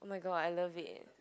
oh-my-god I love it